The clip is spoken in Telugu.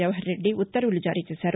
జవహర్ రెడ్డి ఉత్తర్వులు జారీ చేశారు